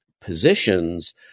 positions